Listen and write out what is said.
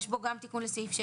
יש בו גם תיקון לסעיף 6,